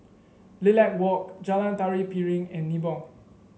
Lilac Walk Jalan Tari Piring and Nibong